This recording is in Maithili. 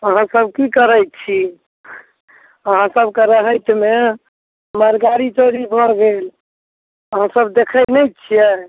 अहाँ सब की करै छी अहाँ सबके रातिमे हमर गाड़ी चोरी भऽ गेल अहाँ सब देखै नहि छियै